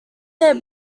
their